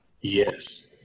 yes